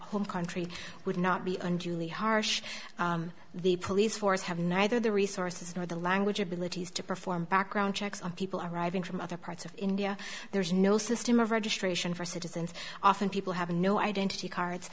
home country would not be unduly harsh the police force have neither the resources nor the language abilities to perform background checks on people arriving from other parts of india there's no system of registration for citizens often people have no identity cards